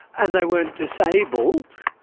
and they weren't disabled,